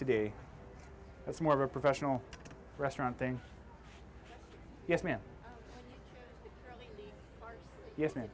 today that's more of a professional restaurant thing yes ma'am yes